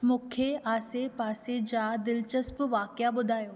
मूंखे आसे पासे जा दिलचस्प वाक़िआ ॿुधायो